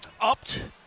upped